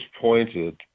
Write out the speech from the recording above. pointed